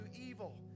evil